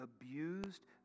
abused